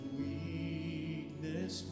weakness